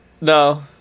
No